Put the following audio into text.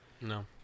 No